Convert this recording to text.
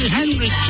Henry